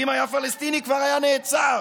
שאם היה פלסטיני כבר היה נעצר,